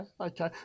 okay